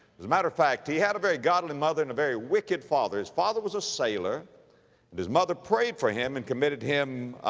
as a matter of fact, he had a very godly mother and a very wicked father. his father was a sailor and his mother prayed for him and committed him,